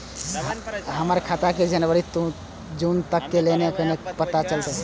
हमर खाता के जनवरी से जून तक के लेन देन केना पता चलते?